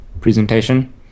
presentation